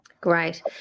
Great